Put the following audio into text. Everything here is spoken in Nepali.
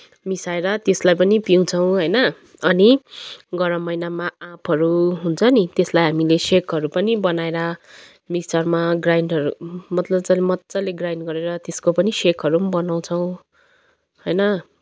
मिसाएर त्यसलाई पनि पिउँछौँ होइन अनि गरम महिनामा आँपहरू हुन्छ नि त्यसलाई हामीले सेकहरू पनि बनाएर मिक्सचरमा ग्राइन्डरहरू मतलब मजाले ग्राइन्ड गरेर त्यसको पनि सेकहरू पनि बनाउँछौँ होइन